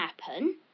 happen